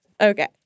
Okay